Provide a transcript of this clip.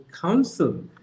Council